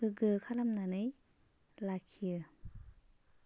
गोग्गो खालामनानै लाखियो